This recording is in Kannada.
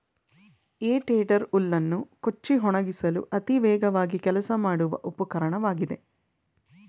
ಹೇ ಟೇಡರ್ ಹುಲ್ಲನ್ನು ಕೊಚ್ಚಿ ಒಣಗಿಸಲು ಅತಿ ವೇಗವಾಗಿ ಕೆಲಸ ಮಾಡುವ ಉಪಕರಣವಾಗಿದೆ